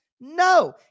No